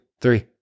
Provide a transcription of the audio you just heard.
three